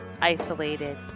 isolated